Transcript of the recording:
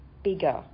bigger